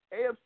afc